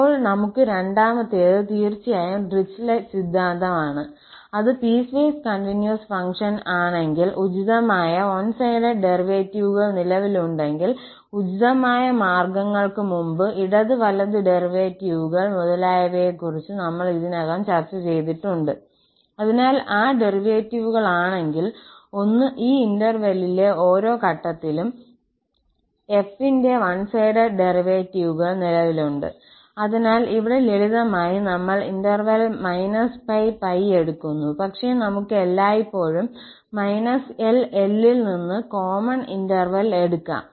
അപ്പോൾ നമുക്ക് രണ്ടാമത്തേത് തീർച്ചയായും ഡിറിച്ലെറ്റ് സിദ്ധാന്തം ആണ് അത് പീസ്വേസ് കണ്ടിന്യൂസ് ഫംഗ്ഷൻ ആണെങ്കിൽ ഉചിതമായ വൺ സൈഡഡ് ഡെറിവേറ്റീവുകൾ നിലവിലുണ്ടെങ്കിൽ ഉചിതമായ മാർഗ്ഗങ്ങൾക്ക് മുമ്പ് ഇടത് വലത് ഡെറിവേറ്റീവുകൾ മുതലായവയെക്കുറിച്ച് നമ്മൾ ഇതിനകം ചർച്ച ചെയ്തിട്ടുണ്ട് അതിനാൽ ആ ഡെറിവേറ്റീവുകളാണെങ്കിൽ ഒന്ന് ഈ ഇന്റെർവല്ലിലെ ഓരോ ഘട്ടത്തിലും 𝑓 ന്റെ വൺ സൈഡഡ് ഡെറിവേറ്റീവുകൾ നിലവിലുണ്ട് അതിനാൽ ഇവിടെ ലളിതമായി നമ്മൾ −𝜋 𝜋 എടുക്കുന്നു പക്ഷേ നമുക്ക് എല്ലായ്പ്പോഴും −𝐿 𝐿 ൽ നിന്ന് കോമൺ ഇന്റെർവൽ എടുക്കാം